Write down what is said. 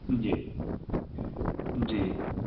جی جی